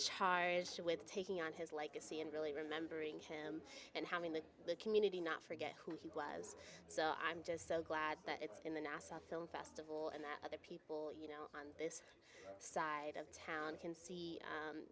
charged with taking on his legacy and really remembering him and having the community not forget who he was so i'm just so glad that it's in the nassau film festival and that other people you know on this side of town can see